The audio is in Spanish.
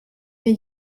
que